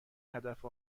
هدف